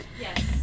Yes